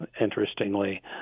interestingly